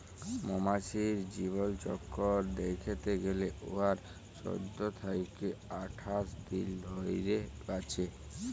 মমাছির জীবলচক্কর দ্যাইখতে গ্যালে উয়ারা চোদ্দ থ্যাইকে আঠাশ দিল ধইরে বাঁচে